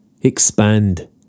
Expand